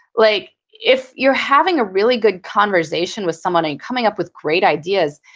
like if you're having a really good conversation with someone and coming up with great ideas,